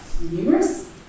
numerous